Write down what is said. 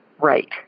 right